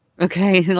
Okay